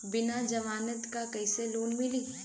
बिना जमानत क कइसे लोन मिली?